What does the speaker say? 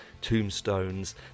tombstones